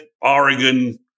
Oregon